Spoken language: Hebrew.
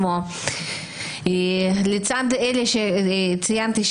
לצד אלה שציינתי,